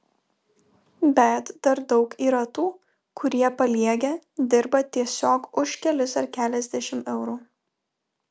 bet dar daug yra tų kurie paliegę dirba tiesiog už kelis ar keliasdešimt eurų